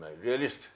realist